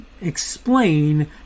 explain